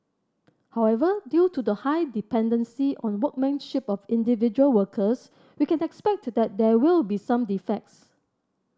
however due to the high dependency on workmanship of individual workers we can expect that there will be some defects